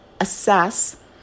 assess